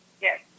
yes